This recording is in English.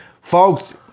Folks